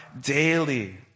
Daily